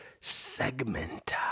segment